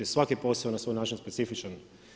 Svaki posao je na svoj način specifičan.